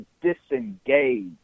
disengage